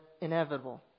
inevitable